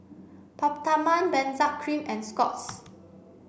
Peptamen Benzac cream and Scott's